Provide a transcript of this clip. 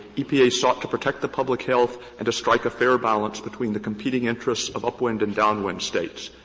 epa sought to protect the public health and to strike a fair balance between the competing interests of upwind and downwind states.